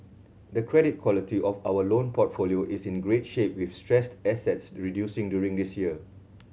the credit quality of our loan portfolio is in great shape with stressed assets reducing during this year